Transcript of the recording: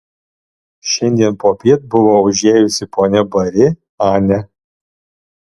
šiandien popiet buvo užėjusi ponia bari ane